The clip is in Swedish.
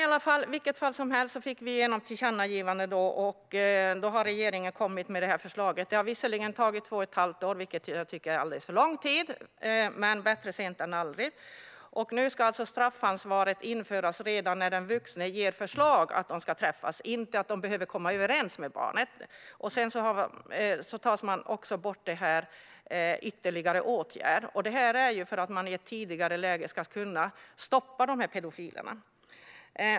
I vilket fall som helst fick vi igenom tillkännagivandet, och regeringen har kommit med detta förslag. Det har visserligen tagit två och ett halvt år, vilket jag tycker är en alldeles för lång tid, men bättre sent än aldrig. Nu ska straffansvaret inträda redan när den vuxne ger förslag om att de ska träffas - den vuxne behöver inte komma överens med barnet. Sedan tar man bort detta med en ytterligare åtgärd. Detta görs för att man i ett tidigare läge ska kunna stoppa pedofilerna.